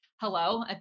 hello